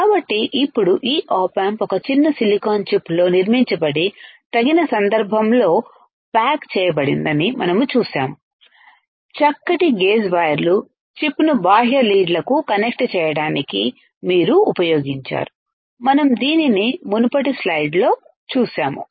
కాబట్టి ఇప్పుడు ఈ ఆప్ ఆంప్ ఒక చిన్న సిలికాన్ చిప్లో నిర్మించబడి తగిన సందర్భంలో ప్యాక్ చేయబడిందని మనం చూశాము చక్కటి గేజ్ వైర్లు చిప్ను బాహ్య లీడ్లకు కనెక్ట్ చేయడానికి మీరు ఉపయోగించారు మనం దీనిని మునుపటి స్లైడ్లో చూశాము